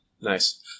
Nice